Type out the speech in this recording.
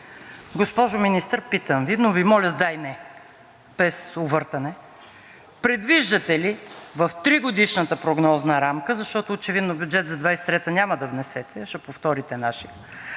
Госпожо Министър, питам Ви, но Ви моля с да и не, без увъртане. Предвиждате ли в тригодишната прогнозна рамка – защото очевидно бюджет за 2023 г. няма да внесете, а ще повторите нашия